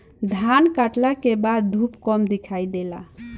धान काटला के बाद धूप कम दिखाई देला